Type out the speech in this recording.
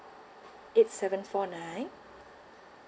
eight seven four nine